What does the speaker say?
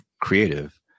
creative